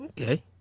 okay